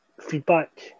feedback